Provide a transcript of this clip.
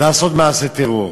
לעשות מעשה טרור,